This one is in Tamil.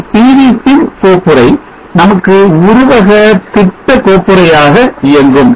இந்த PV sim கோப்புறை நமக்கு உருவக திட்ட கோப்புறையாக இயங்கும்